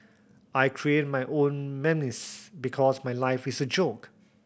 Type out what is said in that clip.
I create my own memes because my life is a joke